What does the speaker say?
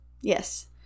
Yes